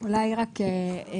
התשפ"ב-2022,